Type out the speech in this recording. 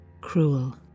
cruel